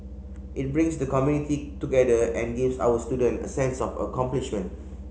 it brings the community together and gives our students a sense of accomplishment